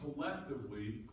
collectively